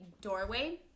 doorway